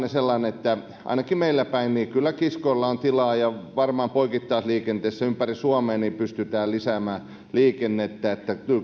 sellainen että ainakin meillä päin kyllä kiskoilla on tilaa ja varmaan poikittaisliikenteessä ympäri suomea pystytään lisäämään liikennettä että